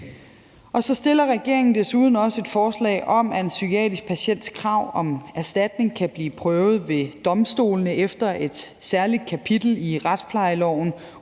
stiller regeringen også forslag om, at en psykiatrisk patients krav om erstatning kan blive prøvet ved domstolene efter et særligt kapitel i retsplejeloven,